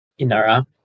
Inara